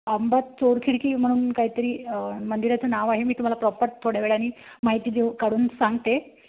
आंबट चोरखिडकी म्हणून काहीतरी मंदिराचं नाव आहे मी तुम्हाला प्रॉपर थोड्या वेळानी माहिती देऊ काढून सांगते